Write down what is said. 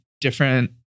different